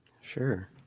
Sure